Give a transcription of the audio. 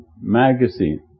magazine